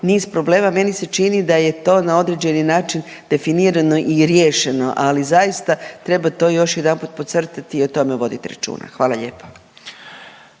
niz problema, meni se čini da je to na određeni način definirano i riješeno, ali zaista treba to još jedanput podcrtati i o tome voditi računa, hvala lijepa.